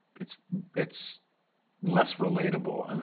it's it's less relatable and